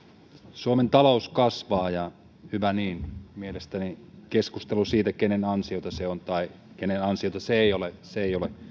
suomen talous kasvaa ja hyvä niin mielestäni keskustelu siitä kenen ansiota se on tai kenen ansiota se ei ole ei ole